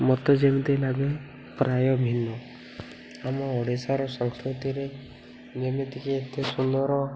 ମୋତେ ଯେମିତି ଲାଗେ ପ୍ରାୟ ଭିନ୍ନ ଆମ ଓଡ଼ିଶାର ସଂସ୍କୃତିରେ ଯେମିତିକି ଏତେ ସୁନ୍ଦର